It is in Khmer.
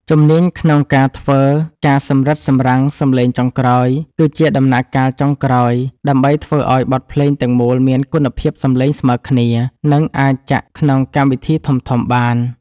ជំនាញក្នុងការធ្វើ ការសម្រិតសម្រាំងសំឡេងចុងក្រោយ គឺជាដំណាក់កាលចុងក្រោយ ដើម្បីធ្វើឱ្យបទភ្លេងទាំងមូលមានគុណភាពសំឡេងស្មើគ្នា និងអាចចាក់ក្នុងកម្មវិធីធំៗបាន។